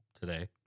today